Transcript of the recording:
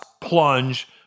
plunge